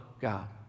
God